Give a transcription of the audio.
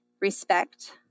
respect